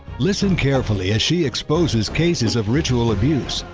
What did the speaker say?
listen carefully as she exposes cases of ritual abuse,